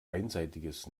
einseitiges